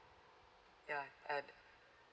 ya uh